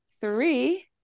Three